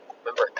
remember